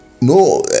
no